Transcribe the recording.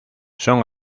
son